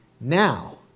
Now